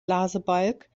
blasebalg